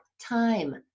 time